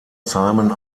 simon